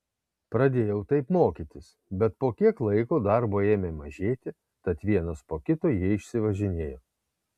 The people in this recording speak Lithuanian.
pradėjau taip mokytis bet po kiek laiko darbo ėmė mažėti tad vienas po kito jie išsivažinėjo